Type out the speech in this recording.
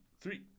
three